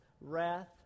wrath